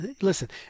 listen